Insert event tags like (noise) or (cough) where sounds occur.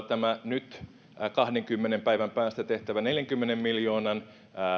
(unintelligible) tämä nyt kahdenkymmenen päivän päästä tehtävä neljänkymmenen miljoonan